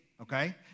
okay